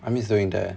I miss doing that